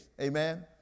amen